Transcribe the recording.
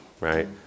right